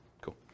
Cool